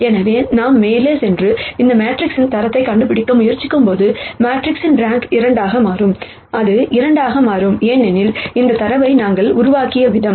எனவே நாம் மேலே சென்று இந்த மேட்ரிக்ஸின் தரத்தைக் கண்டுபிடிக்க முயற்சிக்கும்போது மேட்ரிக்ஸின் ரேங்க் 2 ஆக மாறும் அது 2 ஆக மாறும் ஏனெனில் இந்த தரவை நாங்கள் உருவாக்கிய விதம்